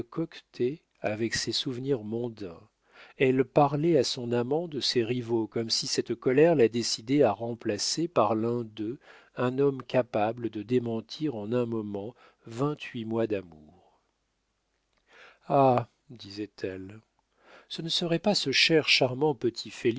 avec ses souvenirs mondains elle parlait à son amant de ses rivaux comme si cette colère la décidait à remplacer par l'un d'eux un homme capable de démentir en un moment vingt-huit mois d'amour ah disait-elle ce ne serait pas ce cher charmant petit